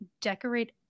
decorate